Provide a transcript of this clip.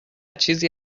چیزی